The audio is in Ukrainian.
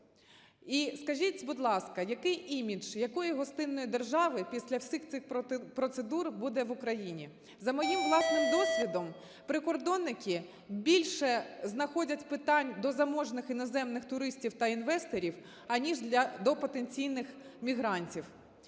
І скажіть, будь ласка, який імідж, якої гостинної держави після всіх цих процедур буде в Україні? За моїм власним досвідом, прикордонники більше знаходять питань до заможних іноземних туристів та інвесторів, аніж до потенційних мігрантів.